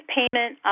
payment